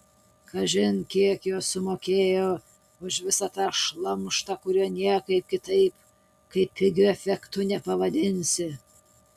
kažin kiek jos sumokėjo už visą tą šlamštą kurio niekaip kitaip kaip pigiu efektu nepavadinsi